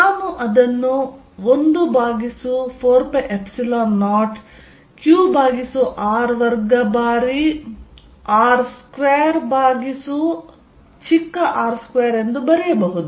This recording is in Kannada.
ನಾನು ಅದನ್ನು 1 ಭಾಗಿಸು 4π0 QR2 ಬಾರಿ R2r2 ಎಂದು ಬರೆಯಬಹುದು